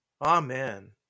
Amen